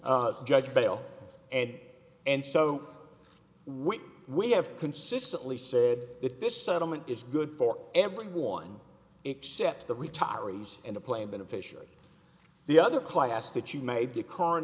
a judge bail ed and so will we have consistently said that this settlement is good for everyone except the retirees and the plain beneficially the other class that you made the c